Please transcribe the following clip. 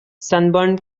sunburn